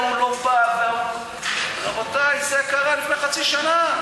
ההוא לא בא וההוא, רבותי, זה קרה לפני חצי שנה.